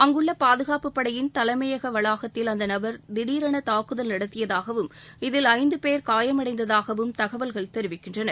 அங்குள்ள பாதுகாப்பு படையின் தலைமையக வளாகத்தில் அந்த நபர் திடீரென தாக்குதல் நடத்தியதாகவும் இதில் ஐந்து பேர் காயமடைந்ததாகவும் தகவல்கள் தெரிவிக்கின்றன